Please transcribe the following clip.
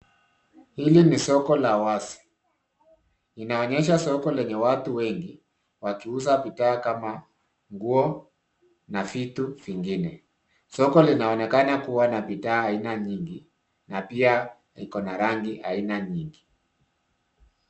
Hili ni soko la wazi, inaonyesha soko lenye watu wengi, wakiuza bidhaa kama nguo na vitu vingine. Soko linaonekana kuwa na bidhaa aina nyingi na pia ikona rangi aina nyingi.